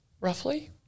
Roughly